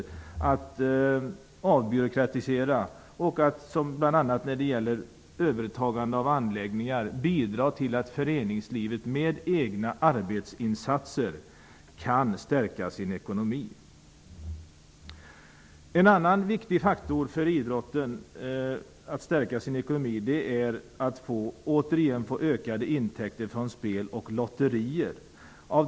Det är fråga om att avbyråkratisera och bl.a. vid övertagande av anläggningar bidra till att föreningslivet med egna arbetsinsatser kan stärka sin egen ekonomi. En annan viktig faktor för idrottsrörelsen är att återigen öka intäkterna från spel och lotterier.